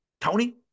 Tony